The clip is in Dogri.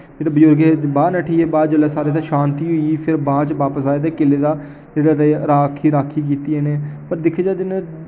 फिर जेह्ड़े बजुर्ग हे बाह्र नट्ठी गे बाद च जिसलै साढ़े शांति होई ही ते बाद च बापस आए ते किले दा केह् आखदे राख गै राख कीती इ'नें ते दिक्खेआ जाऽ